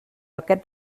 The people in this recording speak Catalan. aquest